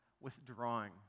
withdrawing